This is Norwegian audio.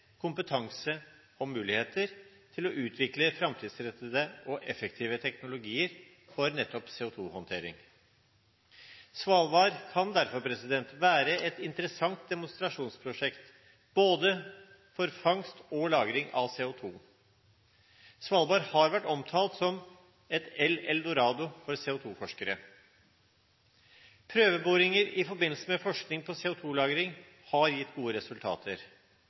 kompetanse og muligheter til å utvikle framtidsrettede og effektive teknologier for nettopp CO2-håndtering. Svalbard kan derfor være et interessant demonstrasjonsprosjekt for både fangst og lagring av CO2. Svalbard har vært omtalt som et eldorado for CO2-forskere. Prøveboringer i forbindelse med forskning på CO2-lagring har gitt gode resultater.